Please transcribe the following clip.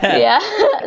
yeah.